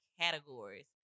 categories